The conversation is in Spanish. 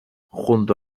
junto